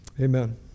Amen